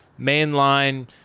mainline